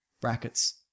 Brackets